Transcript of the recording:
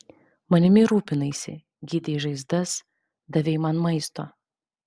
manimi rūpinaisi gydei žaizdas davei man maisto